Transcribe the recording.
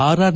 R R